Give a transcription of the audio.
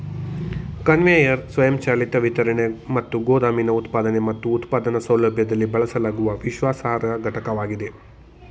conveyor ಸ್ವಯಂಚಾಲಿತ ವಿತರಣೆ ಮತ್ತು ಗೋದಾಮಿನ ಉತ್ಪಾದನೆ ಮತ್ತು ಉತ್ಪಾದನಾ ಸೌಲಭ್ಯದಲ್ಲಿ ಬಳಸಲಾಗುವ ವಿಶ್ವಾಸಾರ್ಹ ಘಟಕವಾಗಿದೆ